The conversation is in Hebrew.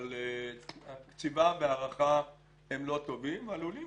אבל קציבה והארכה לא טובים ועלולים